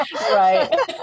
Right